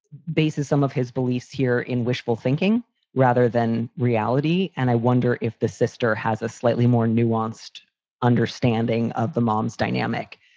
basis, some of his beliefs here in wishful thinking rather than reality. and i wonder if the sister has a slightly more nuanced understanding of the mom's dynamic.